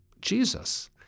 Jesus